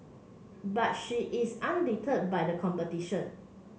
but she is undeterred by the competition